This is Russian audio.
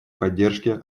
поддержке